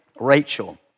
Rachel